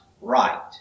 right